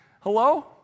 Hello